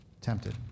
tempted